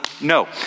no